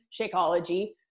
Shakeology